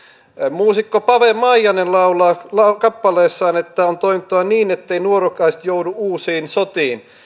muusikko pave maijanen laulaa kappaleessaan että on toimittava niin ettei nuorukaiset joudu uusiin sotiin